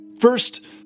First